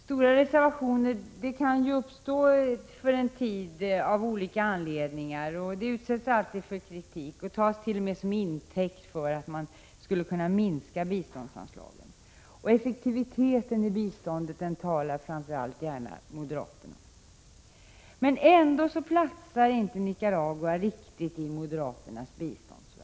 Stora reservationer kan av olika anledningar uppstå under en tid och föranleder alltid kritik. De tas t.o.m. till intäkt för att biståndsanslagen skall kunna minskas. Om effektiviteten i biståndet talar framför allt och gärna moderaterna. Ändå passar inte Nicaragua riktigt in i moderaternas biståndsvärld.